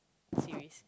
series